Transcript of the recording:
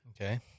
Okay